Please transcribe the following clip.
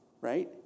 Right